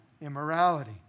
immorality